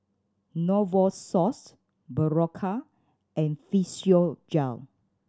Novosource Berocca and Physiogel